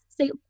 say